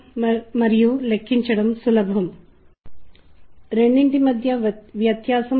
ఈ నిర్దిష్ట శబ్దం ఏ నిర్దిష్ట ప్రదేశం నుండి వస్తుందో గుర్తిస్తారు